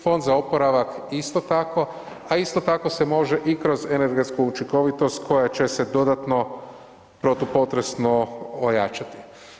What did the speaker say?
Fond za oporavak isto tako, a isto tako se može i kroz energetsku učinkovitost koja će se dodatno protupotresno ojačati.